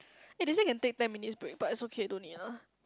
eh they say can take ten minutes break but is okay don't need lah